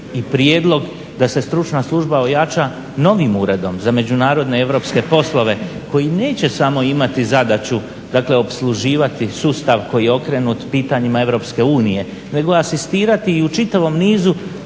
prijedlog da se Stručna služba ojača novim Uredom za međunarodne europske poslove koji neće samo imati zadaću dakle opsluživati sustav koji je okrenut pitanjima EU nego asistirati i u čitavom nizu